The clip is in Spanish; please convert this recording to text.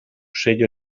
sello